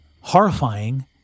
horrifying